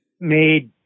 made